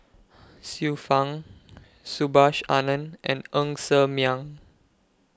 Xiu Fang Subhas Anandan and Ng Ser Miang